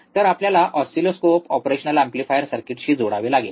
तर आपल्याला oscilloscope operational amplifier सर्किटशी जोडावे लागेल